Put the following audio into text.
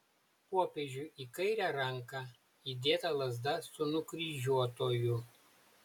popiežiui į kairę ranką įdėta lazda su nukryžiuotuoju